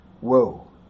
Whoa